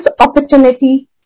opportunity